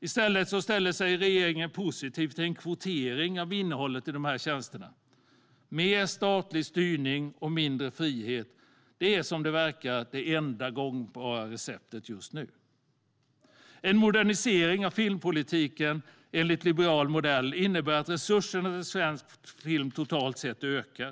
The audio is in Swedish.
I stället ställer sig regeringen positiv till en kvotering av innehållet i dessa tjänster. Mer statlig styrning och mindre frihet är, vad det verkar, det enda gångbara receptet just nu. En modernisering av filmpolitiken enligt liberal modell innebär att resurserna till svensk film totalt sett ökar.